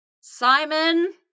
Simon